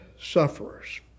sufferers